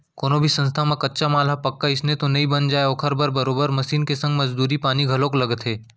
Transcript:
कोनो भी संस्था म कच्चा माल ह पक्का अइसने तो बन नइ जाय ओखर बर बरोबर मसीन के संग मजदूरी पानी घलोक लगथे